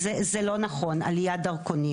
זה נתוני נתיב או נתוני כלל העולים?